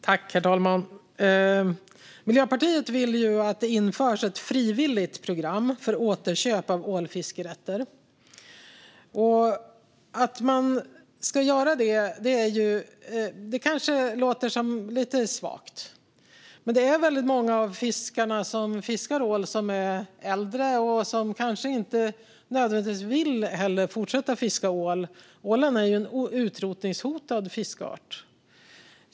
Herr talman! Miljöpartiet vill att det införs ett frivilligt program för återköp av ålfiskerätter. Det kanske låter lite svagt. Men det är många av dem som fiskar ål som är äldre och som inte nödvändigtvis vill fortsätta fiska ål. Ålen är en utrotningshotad fiskart.